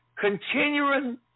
Continuing